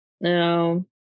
no